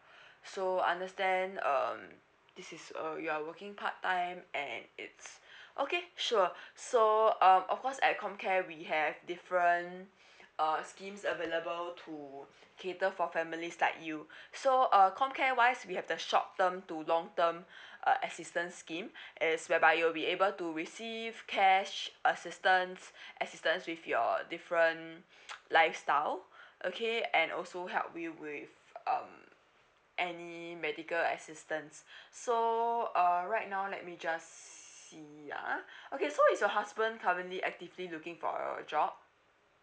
so understand um this is uh you are working part time and it's okay sure so um of course at comcare we have different uh schemes available to cater for families like you so uh comcare wise we have the short term to long term uh assistant scheme is whereby you'll be able to receive cash assistance assistance with your different lifestyle okay and also help you with um any medical assistance so uh right now let me just see uh okay so is your husband currently actively looking for a job